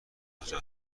کجا